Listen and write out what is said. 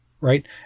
right